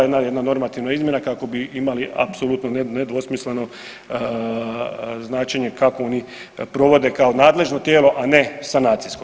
Ima jedna normativna izmjena kako bi imali apsolutno nedvosmisleno značenje kako oni provode kao nadležno tijelo, a ne sanacijsko.